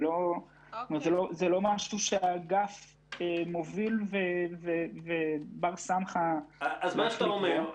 זה לא משהו שהאגף מוביל או בר סמכא לתת תשובות לגביו.